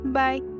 bye